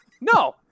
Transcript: No